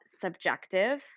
subjective